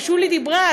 ששולי דיברה,